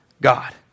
God